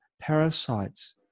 parasites